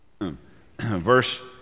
Verse